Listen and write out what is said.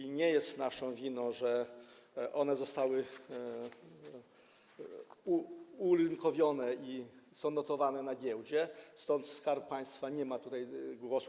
I nie jest naszą winą, że one zostały urynkowione i są notowane na giełdzie, stąd Skarb Państwa nie ma tutaj głosu.